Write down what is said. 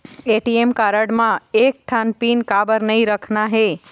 ATM card म एक ठन पिन काबर नई रखना हे?